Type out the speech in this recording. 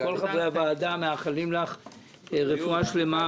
כל חברי הוועדה מאחלים לך רפואה שלמה,